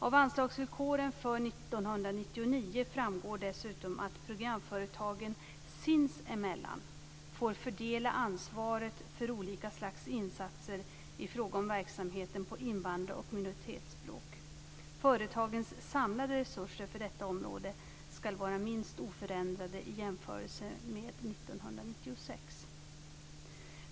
Av anslagsvillkoren för år 1999 framgår dessutom att programföretagen sinsemellan får fördela ansvaret för olika slags insatser i fråga om verksamheten på invandrar och minoritetsspråk. Företagens samlade resurser för detta område skall vara minst oförändrade i jämförelse med år 1996.